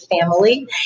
family